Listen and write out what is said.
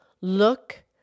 look